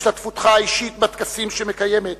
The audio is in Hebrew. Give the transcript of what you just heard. השתתפותך האישית בטקסים שמקיימת